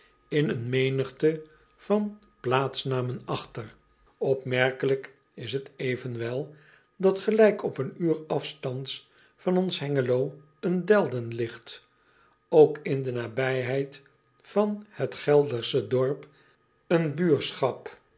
in een menigte van plaatsnamen achter pmerkelijk is het evenwel dat gelijk op een uur afstands van ons engelo een e l d e n ligt ook in de nabijheid van het eldersche dorp een